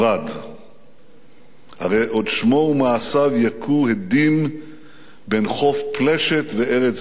הרי עוד שמו ומעשיו יכו הדים בין חוף פלשת וארץ גלעד/